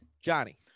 Johnny